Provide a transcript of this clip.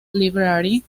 library